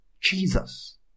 Jesus